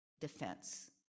defense